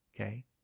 Okay